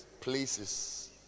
places